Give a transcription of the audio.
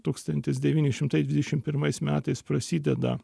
tūkstantis devyni šimtai dvidešimt pirmais metais prasideda